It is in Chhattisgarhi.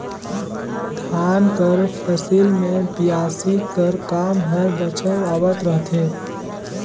धान कर फसिल मे बियासी कर काम हर बछर आवत रहथे